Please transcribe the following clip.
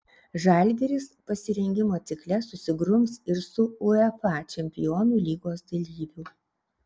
žalgiris pasirengimo cikle susigrums ir su uefa čempionų lygos dalyviu